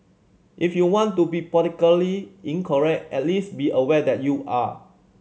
if you want to be politically incorrect at least be a weather you are